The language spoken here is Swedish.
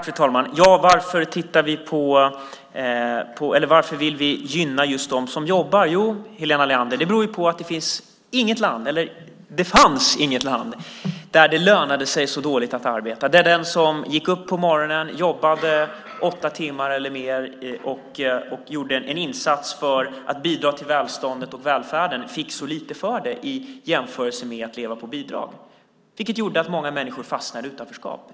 Fru talman! Varför vill vi gynna just dem som jobbar? Jo, Helena Leander, det beror på att det fanns inget land där det lönade sig så dåligt att arbeta, där den som gick upp på morgonen, jobbade åtta timmar eller mer och gjorde en insats för att bidra till välståndet och välfärden fick så lite för det i jämförelse med att leva på bidrag. Det gjorde att många människor fastnade i utanförskap.